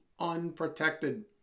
unprotected